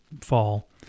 fall